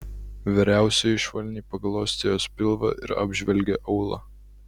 vyriausioji švelniai paglostė jos pilvą ir apžvelgė aulą